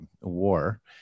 war